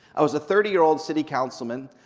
i was a thirty year old city councilman,